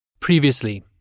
Previously